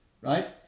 Right